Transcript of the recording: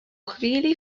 chvíli